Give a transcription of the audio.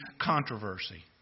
controversy